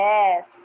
Yes